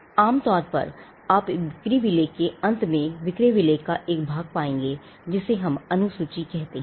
एक आम तौर पर आप बिक्री विलेख के अंत में विक्रय विलेख का एक भाग पाएंगे जिसे हम अनुसूची कहते हैं